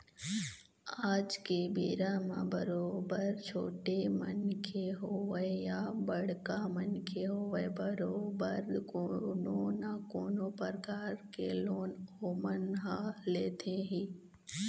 आज के बेरा म बरोबर छोटे मनखे होवय या बड़का मनखे होवय बरोबर कोनो न कोनो परकार के लोन ओमन ह लेथे ही